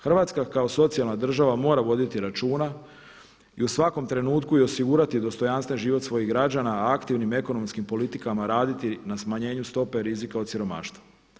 Hrvatska kao socijalna država mora voditi računa i u svakom trenutku i osigurati dostojanstven život svojih građana a aktivnim ekonomskim politikama raditi na smanjenju stope rizika od siromaštva.